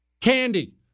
Candy